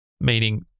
meaning